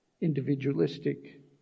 Individualistic